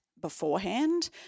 beforehand